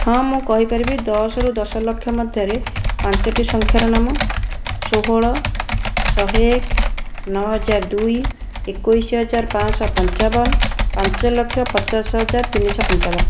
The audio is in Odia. ହଁ ମୁଁ କହିପାରିବି ଦଶରୁ ଦଶ ଲକ୍ଷ ମଧ୍ୟରେ ପାଞ୍ଚଟି ସଂଖ୍ୟାର ନାମ ଷୋହଳ ଶହେଏକ ନଅହଜାର ଦୁଇ ଏକୋଇଶ ହଜାର ପାଞ୍ଚଶହ ପଞ୍ଚାବନ ପାଞ୍ଚ ଲକ୍ଷ ପଚାଶ ହଜାର ତିନିଶହ ପଞ୍ଚାବନ